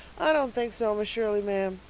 i don't think so, miss shirley, ma'am.